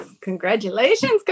congratulations